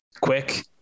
quick